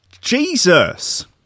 Jesus